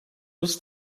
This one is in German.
muss